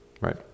right